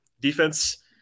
defense